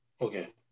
Okay